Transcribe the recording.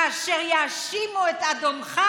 כאשר יאשימו את אדונך,